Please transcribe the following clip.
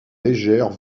légère